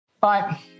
Bye